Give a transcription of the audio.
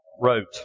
wrote